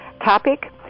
topic